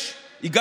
ועוד 12,